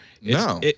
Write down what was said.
No